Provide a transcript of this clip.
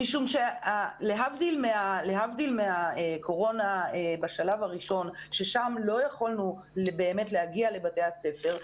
משום שלהבדיל מהקורונה בשלב ששם לא יכולנו להגיע לבתי הספר,